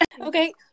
Okay